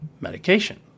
medication